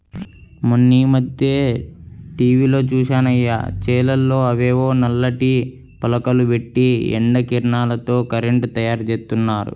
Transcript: మొన్నీమధ్యనే టీవీలో జూశానయ్య, చేలల్లో అవేవో నల్లటి పలకలు బెట్టి ఎండ కిరణాలతో కరెంటు తయ్యారుజేత్తన్నారు